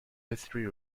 history